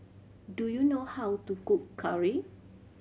do you know how to cook curry